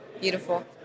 Beautiful